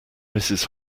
mrs